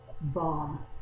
bomb